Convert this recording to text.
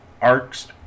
arcs